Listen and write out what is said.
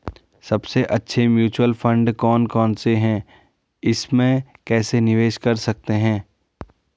सबसे अच्छे mutual fund कौन कौनसे हैं इसमें कैसे निवेश कर सकते हैं?